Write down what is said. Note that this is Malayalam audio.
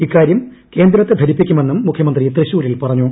ഇക്കാര്യം കേന്ദ്രത്തെ ധരിപ്പിക്കുമെന്നും മുഖ്യമന്ത്രി തൃശൂരിൽ പറഞ്ഞു